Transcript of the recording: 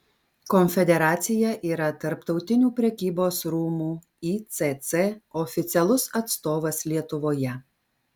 konfederacija yra tarptautinių prekybos rūmų icc oficialus atstovas lietuvoje